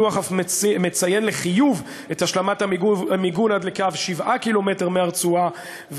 הדוח אף מציין לחיוב את השלמת המיגון עד לקו 7 קילומטר מהרצועה,